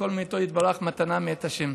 הכול מאיתו יתברך, מתנה מאת השם.